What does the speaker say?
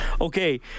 Okay